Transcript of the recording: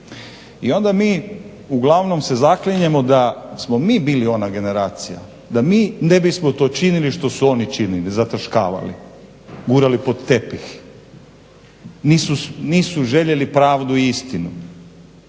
I onda mi uglavnom se zaklinjemo da smo mi bili ona generacija da mi ne bismo to činili što su oni činili, zataškavali, gurali pod tepih. Nisu željeli pravdu i istinu